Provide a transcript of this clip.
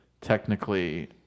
technically